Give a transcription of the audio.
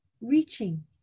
reaching